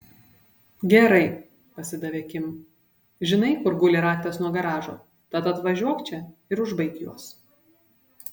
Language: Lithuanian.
gerai pasidavė kim žinai kur guli raktas nuo garažo tad atvažiuok čia ir užbaik juos